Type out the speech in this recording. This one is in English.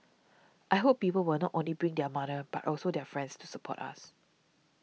I hope people will not only bring their mother but also their friends to support us